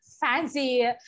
fancy